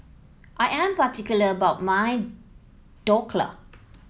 I am particular about my Dhokla